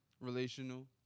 relational